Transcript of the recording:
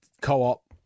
co-op